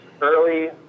early